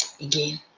again